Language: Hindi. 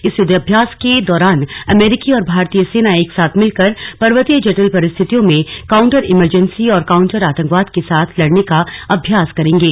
इस युद्धाभ्यास के दौरान अमेरिकी और भारतीय सेनाएं एक साथ मिलकर पर्वतीय जटिल परिस्थितियों में काउन्टर इंसर्जेसी और काउन्टर आतंकवाद के साथ लड़ने का अभ्यास करेंगे